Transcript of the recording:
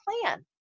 plan